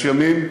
יש ימים,